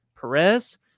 Perez